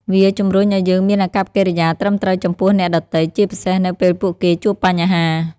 វាជំរុញឱ្យយើងមានអាកប្បកិរិយាត្រឹមត្រូវចំពោះអ្នកដទៃ ជាពិសេសនៅពេលពួកគេជួបបញ្ហា។